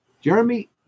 Jeremy